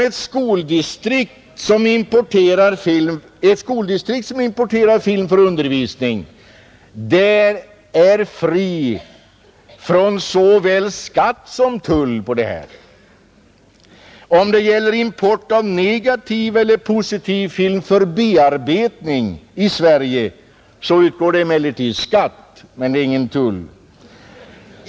Ett skoldistrikt som importerar film för undervisning behöver inte erlägga vare sig skatt eller tull. Om det gäller import av negativ eller positiv film för bearbetning i Sverige utgår emellertid skatt men ingen tull.